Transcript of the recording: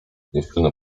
dziewczyny